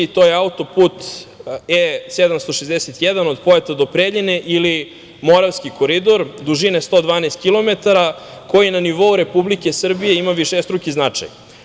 To je auto-put E 761 od Pojata do Preljine ili Moravski koridor, dužine 112 kilometara, koji na nivou Republike Srbije ima višestruki značaj.